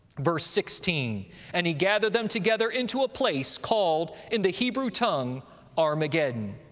verse sixteen and he gathered them together into a place called in the hebrew tongue armageddon.